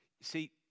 See